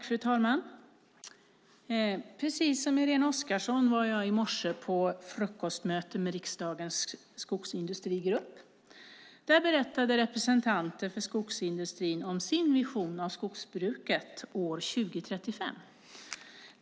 Fru talman! Precis som Irene Oskarsson var jag i morse på frukostmöte med riksdagens skogsindustrigrupp. Där berättade representanter för skogsindustrin om sin vision av skogsbruket år 2035.